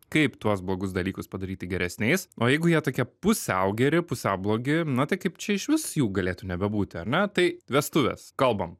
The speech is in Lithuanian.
kaip tuos blogus dalykus padaryti geresniais o jeigu jie tokie pusiau geri pusiau blogi na tai kaip čia iš vis jų galėtų nebebūti ar ne tai vestuvės kalbam